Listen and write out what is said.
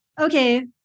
okay